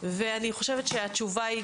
ואני חושבת שהתשובה היא